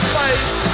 face